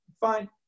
fine